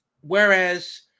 Whereas